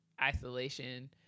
isolation